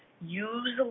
use